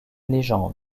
légende